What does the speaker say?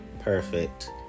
perfect